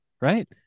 right